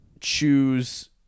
choose